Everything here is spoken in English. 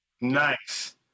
nice